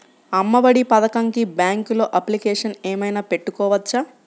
అమ్మ ఒడి పథకంకి బ్యాంకులో అప్లికేషన్ ఏమైనా పెట్టుకోవచ్చా?